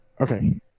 Okay